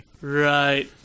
right